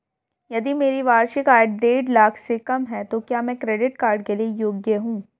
यदि मेरी वार्षिक आय देढ़ लाख से कम है तो क्या मैं क्रेडिट कार्ड के लिए योग्य हूँ?